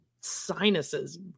sinuses